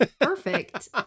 Perfect